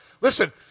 Listen